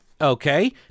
Okay